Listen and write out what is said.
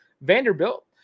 Vanderbilt